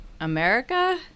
America